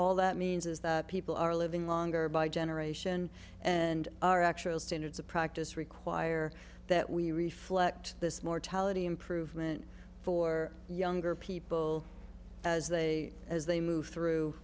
all that means is that people are living longer by generation and our actual standards of practice require that we reflect this mortality improvement for younger people as they as they move through